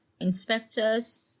inspectors